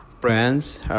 brands